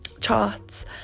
charts